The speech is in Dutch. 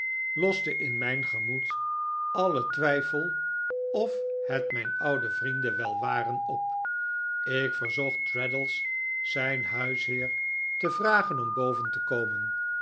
loste in mijn gemoed alien twijfel of het mijn oude vriendeh wel waren op ik verzocht traddles zijn huisheer te vragen om boven te komen